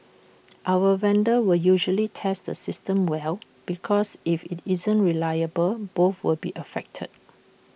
our vendors will usually test the systems well because if IT isn't reliable both will be affected